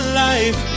life